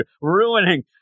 ruining